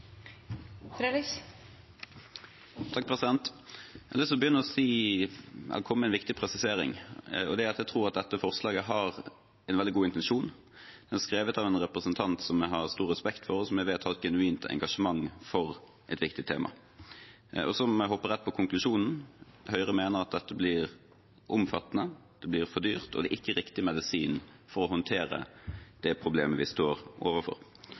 Jeg har lyst til å begynne med å komme med en viktig presisering, og det er at jeg tror at dette forslaget har en veldig god intensjon. Det er skrevet av en representant jeg har stor respekt for, og som jeg vet har et genuint engasjement for et viktig tema. Så må jeg hoppe rett til konklusjonen: Høyre mener at dette blir omfattende, det blir for dyrt, og det er ikke riktig medisin for å håndtere det problemet vi står overfor.